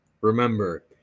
Remember